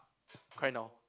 cry now